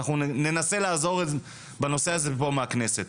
אנחנו ננסה לעזור בנושא הזה פה מהכנסת.